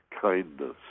kindness